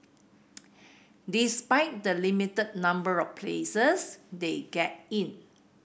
despite the limited number of places they get in